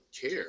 care